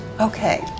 Okay